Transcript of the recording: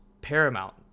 paramount